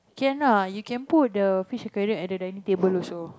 can ah you can put the fish aquarium at the dining table also